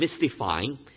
mystifying